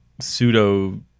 pseudo